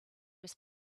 was